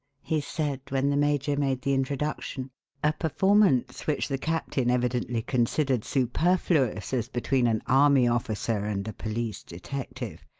he said, when the major made the introduction a performance which the captain evidently considered superfluous as between an army officer and a police detective.